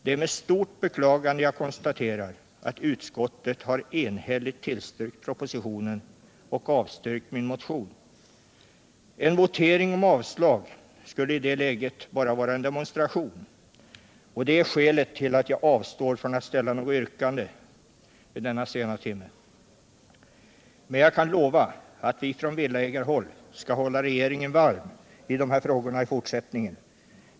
Det är med stort beklagande jag konstaterar att utskottet har enhälligt tillstyrkt propositionen. En votering om avslag skulle i det läget bara vara en demonstration, och det är skälet till att jag avstår från att ställa något yrkande vid den här tidpunkten. Men jag kan lova att vi från villaägarhåll skall hålla regeringen varm i de här frågorna i fortsättningen.